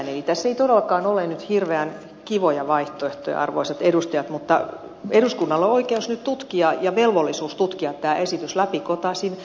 tässä ei todellakaan ole nyt hirveän kivoja vaihtoehtoja arvoisat edustajat mutta eduskunnalla on nyt oikeus tutkia ja velvollisuus tutkia tämä esitys läpikotaisin